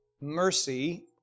mercy